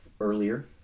earlier